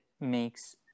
makes